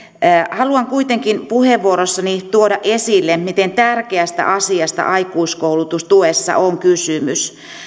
haluan kuitenkin puheenvuorossani tuoda esille miten tärkeästä asiasta aikuiskoulutustuessa on kysymys